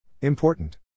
Important